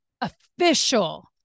official